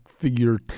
figure